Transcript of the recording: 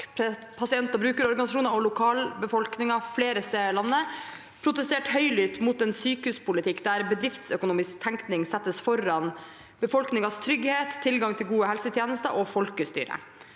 pasient- og brukerorganisasjoner og lokalbefolkningen flere steder i landet protestert høylytt mot en sykehuspolitikk der bedriftsøkonomisk tenkning settes foran befolkningens trygghet, tilgang til gode helsetjenester og folkestyret.